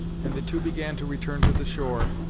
and the two began to return to the shore,